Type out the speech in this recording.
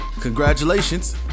congratulations